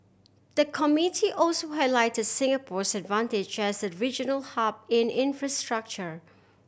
the committee also highlighted Singapore's advantage as a regional hub in infrastructure